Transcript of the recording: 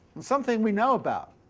and something we know about.